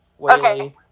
Okay